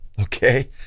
okay